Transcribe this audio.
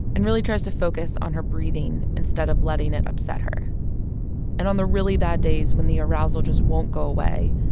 and really tries to focus on her breathing instead of letting it upset her and on the really bad days when the arousal won't go away,